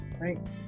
Right